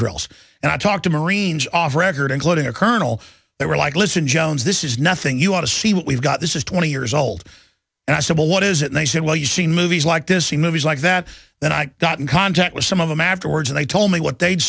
drills and i talked to marines off record including a colonel they were like listen jones this is nothing you want to see what we've got this is twenty years old and i said well what is it they said well you see in movies like this see movies like that then i got in contact with some of them afterwards and they told me what they'